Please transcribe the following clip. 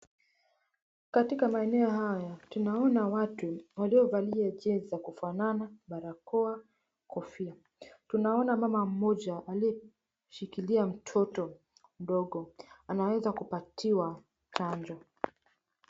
Katika maeneo haya tunaona watu waliovalia jezi za kufanana, barakoa, kofia. Tunaona mama mmoja aliyeshikilia mtoto mdogo anaweeza kupatiwa chanjo.